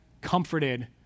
comforted